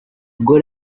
ubwo